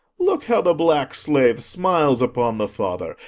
look how the black slave smiles upon the father,